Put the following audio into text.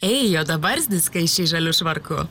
ei juodabarzdi skaisčiai žaliu švarku